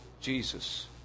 Jesus